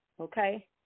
okay